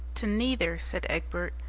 to neither, said egbert,